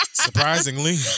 surprisingly